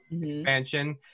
Expansion